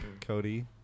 Cody